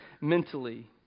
mentally